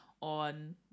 on